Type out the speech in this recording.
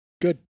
Good